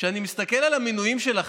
אתה יודע מה, כשאני מסתכל על המינויים שלכם,